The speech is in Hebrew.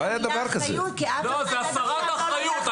זוהי הסרת אחריות.